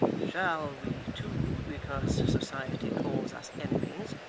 shall we two, because society calls us enemies,